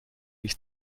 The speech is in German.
ich